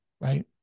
right